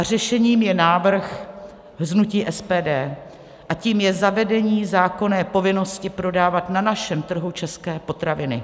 Řešením je návrh z hnutí SPD, a tím je zavedení zákonné povinnosti prodávat na našem trhu české potraviny.